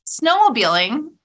snowmobiling